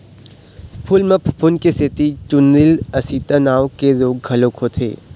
फूल म फफूंद के सेती चूर्निल आसिता नांव के रोग घलोक होथे